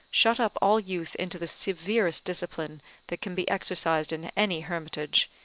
shut up all youth into the severest discipline that can be exercised in any hermitage,